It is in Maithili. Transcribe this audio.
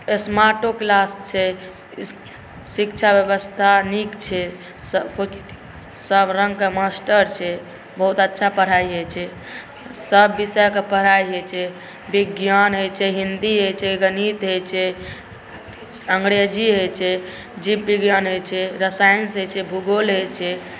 स्मार्टो किलास छै शिक्षा बेबस्था नीक छै सबरङ्गके मास्टर छै बहुत अच्छा पढ़ाइ होइ छै सब विषयके पढ़ाइ होइ छै विज्ञान होइ छै हिन्दी होइ छै गणित होइ छै अङ्गरेजी होइ छै जीव विज्ञान होइ छै रसायन होइ छै भूगोल होइ छै